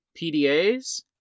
PDAs